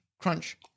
crunch